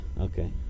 Okay